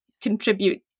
contribute